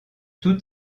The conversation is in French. toute